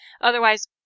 otherwise